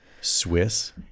Swiss